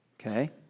Okay